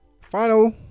final